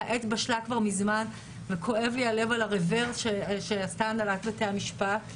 העת בשלה כבר מזמן וכואב לי הלב על הרברס שעשתה הנהלת בתי המשפט.